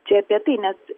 čia apie tai nes